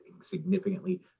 significantly